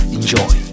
Enjoy